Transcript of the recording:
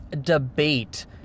debate